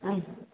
ಹಾಂ